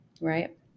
Right